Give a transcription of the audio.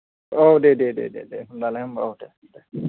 औ दे दे दे दे होम्बालाय होम्बा औ दे दे दे